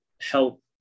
help